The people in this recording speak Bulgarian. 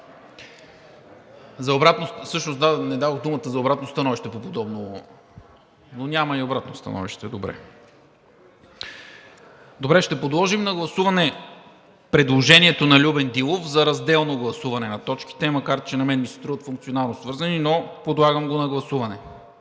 не дадох думата за обратно становище. Няма обратно становище. Ще подложа на гласуване предложението на Любен Дилов за разделно гласуване на точките, макар че на мен ми се струват функционално свързани, но подлагам го на гласуване.